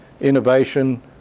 innovation